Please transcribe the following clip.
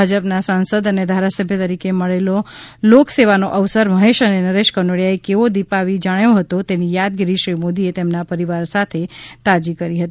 ભાજપના સાંસદ અને ધારાસભ્ય તરીકે મળેલો લોક સેવાનો અવસર મહેશ અને નરેશ કનોડિયાએ કેવો દીપાવી જાણ્યો હતો તેની યાદગીરી શ્રી મોદી એ તેમના પરિવાર સાથે તાજી કરી હતી